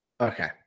Okay